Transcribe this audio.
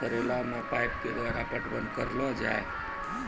करेला मे पाइप के द्वारा पटवन करना जाए?